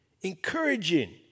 encouraging